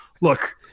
Look